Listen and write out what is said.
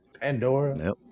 Pandora